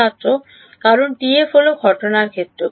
ছাত্র কারণ টিএফ হল ঘটনার ক্ষেত্র